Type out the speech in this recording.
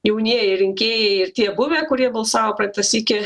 jaunieji rinkėjai ir tie buvę kurie balsavo praeitą sykį